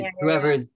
whoever